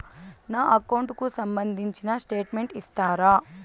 నా అకౌంట్ కు సంబంధించిన స్టేట్మెంట్స్ ఇస్తారా